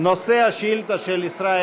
נושא השאילתה של ישראל